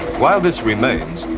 while this remains,